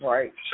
Right